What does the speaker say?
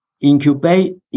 incubate